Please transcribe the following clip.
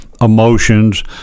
emotions